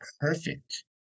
perfect